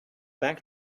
back